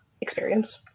experience